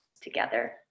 together